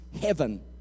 heaven